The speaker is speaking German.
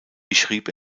beschrieb